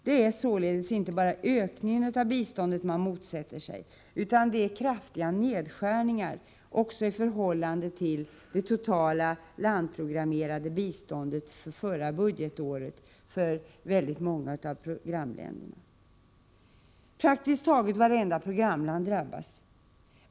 Det är således inte bara ökningar av biståndet man motsätter sig, utan det är fråga om kraftiga nedskärningar också i förhållande till det totala landprogrammerade biståndet för förra budgetåret för några av programländerna. Praktiskt taget vartenda programland drabbas.